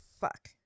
Fuck